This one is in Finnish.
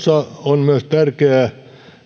on myös tärkeää